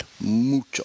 mucho